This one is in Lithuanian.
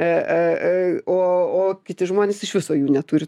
a a a o o kiti žmonės iš viso jų neturi